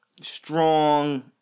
strong